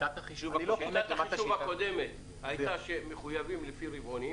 שיטת החישוב הקודמת הייתה לפי רבעונים